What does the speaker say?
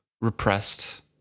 repressed